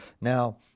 Now